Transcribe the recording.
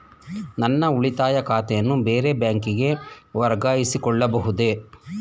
ನನ್ನ ಉಳಿತಾಯ ಖಾತೆಯನ್ನು ಬೇರೆ ಬ್ಯಾಂಕಿಗೆ ವರ್ಗಾಯಿಸಿಕೊಳ್ಳಬಹುದೇ?